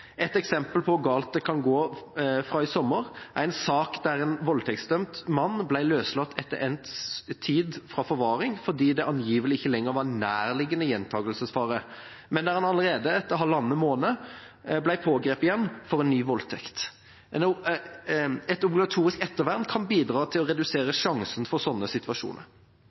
Et eksempel, fra i sommer, på hvor galt det kan gå, er en sak der en voldtektsdømt mann ble løslatt fra forvaring etter endt tid fordi det angivelig ikke lenger var noen nærliggende gjentakelsesfare, men der han allerede etter halvannen måned ble pågrepet for en ny voldtekt. Et obligatorisk ettervern kan bidra til å redusere sjansen for slike situasjoner.